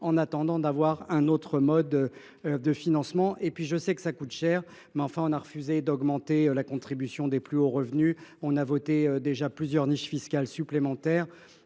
d’attendre l’élaboration d’un autre mode de financement. Je sais aussi que cela coûte cher… Mais, enfin, on a refusé d’augmenter la contribution des plus hauts revenus et voté déjà plusieurs niches fiscales supplémentaires